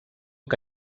que